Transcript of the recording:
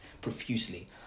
profusely